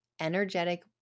energetic